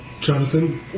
jonathan